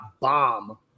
bomb